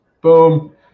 Boom